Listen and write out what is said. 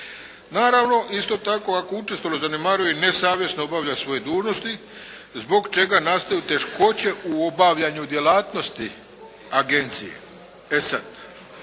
Naravno isto tako ako učestalo zanemaruje i nesavjesno obavlja svoje dužnosti zbog čega nastaju teškoće u obavljanju djelatnosti agencija. E sad